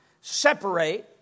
Separate